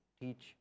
teach